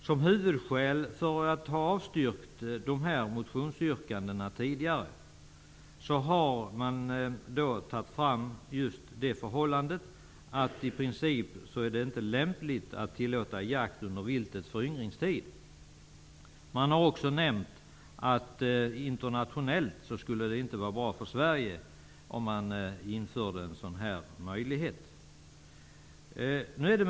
Som huvudskäl för ett avstyrkande av de här motionsyrkandena tidigare har man tagit fram just det förhållandet att det i princip inte är lämpligt att tillåta jakt under viltets föryngringstid. Man har också nämnt att det internationellt inte skulle vara bra för Sverige om en sådan här möjlighet infördes.